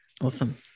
Awesome